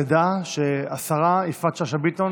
תדע שהשרה יפעת שאשא ביטון